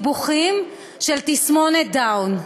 מסיבוכים של תסמונת דאון,